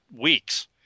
weeks